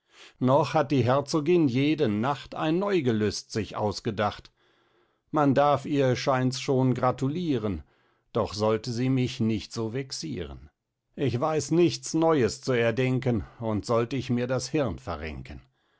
noch hat die herzogin jede nacht ein neu gelüst sich ausgedacht man darf ihr scheints schon gratulieren doch sollte sie mich nicht so vexiren ich weiß nichts neues zu erdenken und sollt ich mir das hirn verrenken